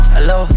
Hello